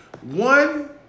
One